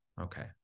Okay